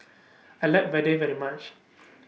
I like Vadai very much